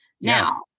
Now